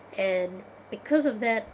and because of that